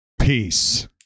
peace